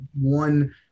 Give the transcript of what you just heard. one